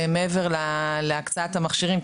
ומעבר להקצאת המכשירים,